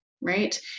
right